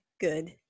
good